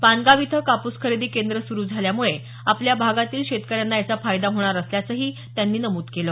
पानगाव इथं कापूस खरेदी केंद्र सुरु झाल्यामुळे आपल्या भागातील शेतकऱ्यांना याचा फायदा होणार असल्याचंही त्यांनी नमूद केलं